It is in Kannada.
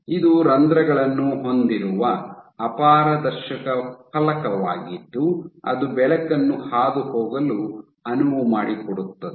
ಇದು ರಂಧ್ರಗಳನ್ನು ಹೊಂದಿರುವ ಅಪಾರದರ್ಶಕ ಫಲಕವಾಗಿದ್ದು ಅದು ಬೆಳಕನ್ನು ಹಾದುಹೋಗಲು ಅನುವು ಮಾಡಿಕೊಡುತ್ತದೆ